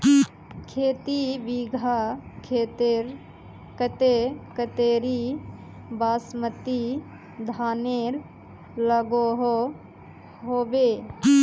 खेती बिगहा खेतेर केते कतेरी बासमती धानेर लागोहो होबे?